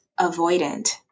avoidant